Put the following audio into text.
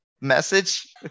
message